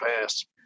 past